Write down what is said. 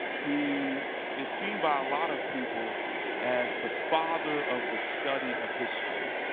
he is seen by a lot of people as the father of the study of history.